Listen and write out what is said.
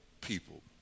people